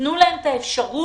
תנו להם את האפשרות